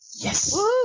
Yes